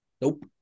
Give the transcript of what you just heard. Nope